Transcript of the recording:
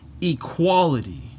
equality